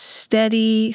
steady